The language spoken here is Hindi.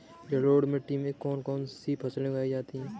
जलोढ़ मिट्टी में कौन कौन सी फसलें उगाई जाती हैं?